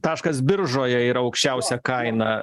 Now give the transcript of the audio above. taškas biržoje yra aukščiausia kaina